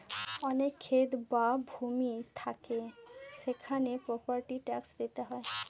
অনেক ক্ষেত বা ভূমি থাকে সেখানে প্রপার্টি ট্যাক্স দিতে হয়